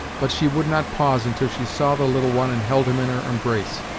but she would not pause until she saw the little one and held him in her embrace.